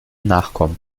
nachkommen